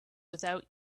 without